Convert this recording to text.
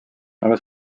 aga